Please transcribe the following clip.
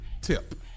tip